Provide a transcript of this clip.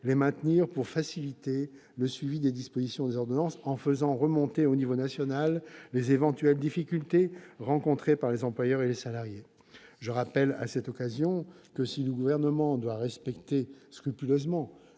les maintenir pour faciliter le suivi des dispositions des ordonnances en faisant remonter au niveau national les éventuelles difficultés rencontrées par les employeurs et les salariés. Je rappelle à cette occasion que, si le Gouvernement doit respecter scrupuleusement